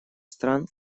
стран